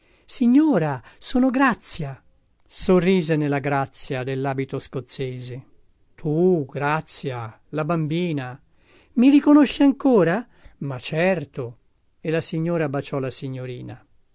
signora sono grazia sorrise nella grazia dellabito scozzese tu grazia la bambina mi riconosce ancora ma certo e la signora baciò la signorina